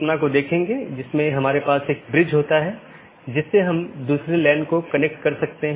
इसका मतलब है कि कौन से पोर्ट और या नेटवर्क का कौन सा डोमेन आप इस्तेमाल कर सकते हैं